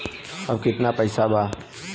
अब कितना पैसा बा?